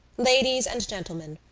ladies and gentlemen,